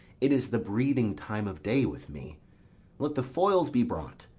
it is the breathing time of day with me let the foils be brought,